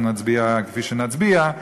אנחנו נצביע כפי שנצביע,